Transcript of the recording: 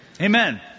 Amen